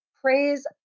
Praise